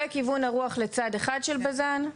זה כיוון הרוח לצד אחד של בז"ן.